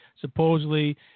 supposedly